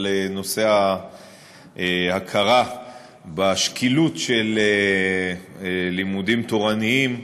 על נושא ההכרה בשקילות של לימודים תורניים,